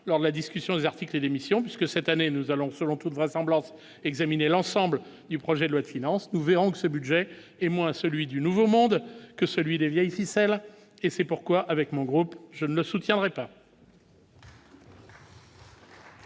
lors de la discussion des articles et d'émissions puisque cette année nous allons selon toute vraisemblance, examiner l'ensemble du projet de loi de finances, nous verrons que ce budget est moins celui du Nouveau Monde que celui des vieilles ficelles et c'est pourquoi avec mon groupe, je ne soutiendrai pas.